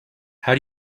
how